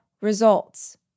results